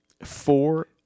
four